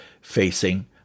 facing